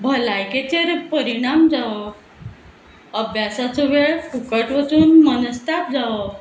भलायकेचेर परिणाम जावप अभ्यासाचो वेळ फुकट वचून मनस्ताप जावप